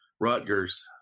Rutgers